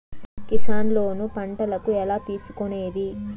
Kisan loan పంటలకు ఎలా తీసుకొనేది?